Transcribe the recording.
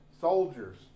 soldiers